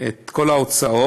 את כל ההוצאות,